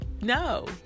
No